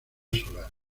solar